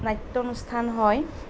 নাট্য অনুষ্ঠান হয়